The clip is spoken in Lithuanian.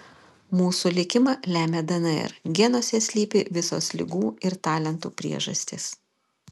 mūsų likimą lemia dnr genuose slypi visos ligų ir talentų priežastys